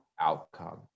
outcome